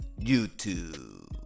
YouTube